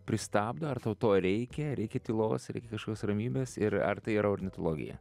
pristabdo ar tau to reikia reikia tylos reikia kašokios ramybės ir ar tai yra ornitologija